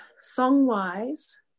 song-wise